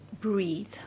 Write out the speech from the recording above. breathe